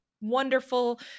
wonderful